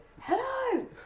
hello